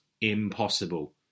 impossible